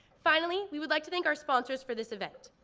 finally we would like to thank our sponsors for this event.